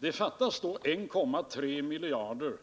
Det fattas då 1,3 miljarder